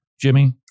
Jimmy